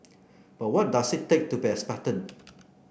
but what does it take to be a Spartan